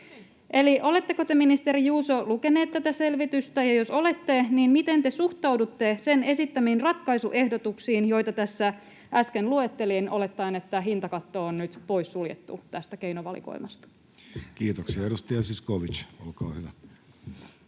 Eli oletteko te, ministeri Juuso, lukenut tämän selvityksen? Jos olette, niin miten te suhtaudutte sen esittämiin ratkaisuehdotuksiin, joita tässä äsken luettelin olettaen, että hintakatto on nyt poissuljettu tästä keinovalikoimasta? Kiitoksia. — Edustaja Zyskowicz, olkaa hyvä.